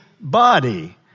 body